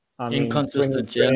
Inconsistent